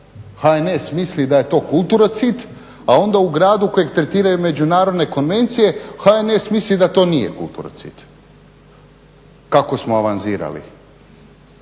HNS misli da je to kulturocid a onda u gradu kojeg tretiraju međunarodne konvencije HNS misli da to nije kulturocid. Kamo smo avanzirali.